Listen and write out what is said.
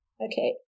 Okay